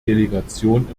delegation